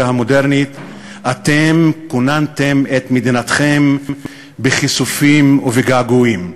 המודרנית אתם כוננתם את מדינתכם בכיסופים ובגעגועים,